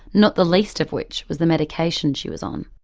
not the least of which was the medication she was on.